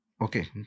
Okay